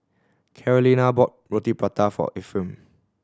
Carolina bought Roti Prata for Efrem